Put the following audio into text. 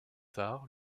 tard